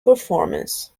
performance